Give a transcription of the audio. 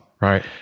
Right